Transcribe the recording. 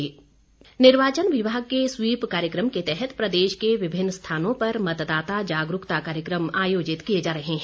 SVEEP कार्यक्रम निर्वाचन विभाग के स्वीप कार्यक्रम के तहत प्रदेश के विभिन्न स्थानों पर मतदाता जागरूकता कार्यक्रम आयोजित किए जा रहे हैं